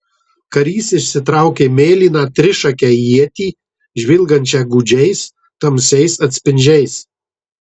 karys išsitraukė mėlyną trišakę ietį žvilgančią gūdžiais tamsiais atspindžiais